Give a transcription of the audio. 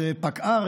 שזה פקע"ר,